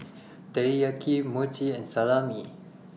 Teriyaki Mochi and Salami